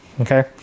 Okay